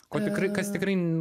ko tikrai kas tikrai